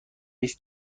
ایست